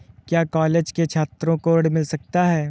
क्या कॉलेज के छात्रो को ऋण मिल सकता है?